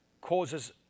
causes